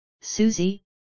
Susie